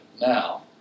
Now